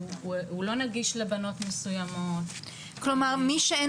הוא לא נגיש לבנות מסוימות --- כלומר מי שאין